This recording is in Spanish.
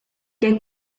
que